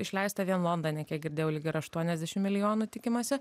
išleista vien londone kiek girdėjau lyg ir aštuoniasdešim milijonų tikimasi